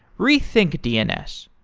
rethink dns.